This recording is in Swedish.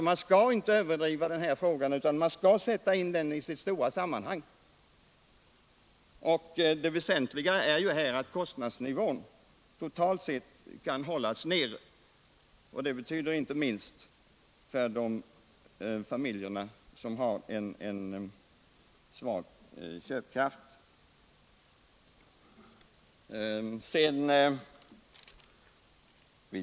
Man skall inte överdriva denna fråga, utan man skall sätta in den i sitt stora sammanhang. Det väsentliga — inte minst för familjer med svag köpkraft —-är att kostnadsnivån totalt sett kan hållas nere.